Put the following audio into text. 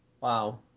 Wow